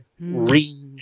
read